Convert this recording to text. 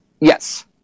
Yes